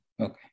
Okay